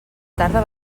tarda